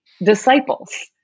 disciples